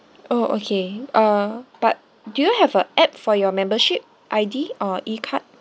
oh okay uh but do you have uh app for your membership I_D or E card